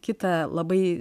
kita labai